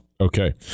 okay